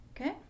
okay